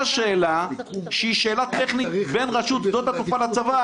שאלה טכנית בין רשות שדות התעופה לצבא,